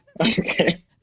Okay